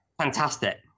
fantastic